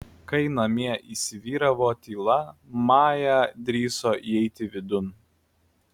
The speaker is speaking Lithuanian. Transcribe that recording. kai namie įsivyravo tyla maja drįso įeiti vidun